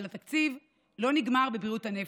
אבל התקציב לא נגמר בבריאות הנפש,